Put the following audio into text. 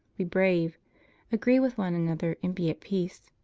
be brave agree with one another, and be at peace.